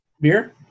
Beer